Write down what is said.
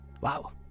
Wow